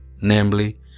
namely